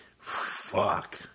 Fuck